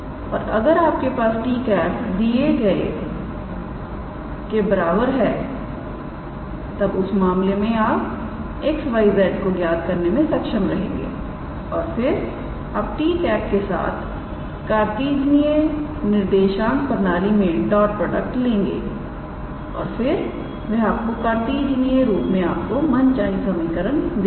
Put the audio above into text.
और अगर आपके पास 𝑡̂ दिए गए के बराबर है तब उस मामले में आप 𝑥 𝑦 𝑧 को ज्ञात करने में सक्षम रहेंगे और फिर आप 𝑡̂ के साथ कार्तिजीयन निर्देशांक प्रणाली मे डॉट प्रोडक्ट लेंगे और फिर वह आपको कार्तिजीयन रूप में आपको मनचाही समीकरण देगा